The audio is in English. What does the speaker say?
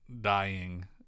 dying